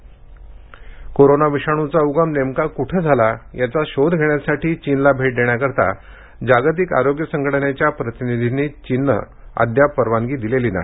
चीन W H O corona विषाणूचा उगम नेमका कुठे झाला याचा शोध घेण्यासाठी चीनला भेट देण्याकरिता जागतिक आरोग्य संघटनेच्या प्रतिनिधींना चीननं अद्यापही परवानगी दिलेली नाही